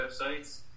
websites